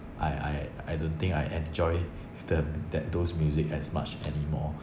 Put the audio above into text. I I I don't think I enjoy it them that those music as much anymore